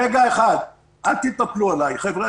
רגע אחד, אל תתנפלו עליי, חבר'ה.